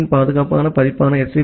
B யின் பாதுகாப்பான பதிப்பான எச்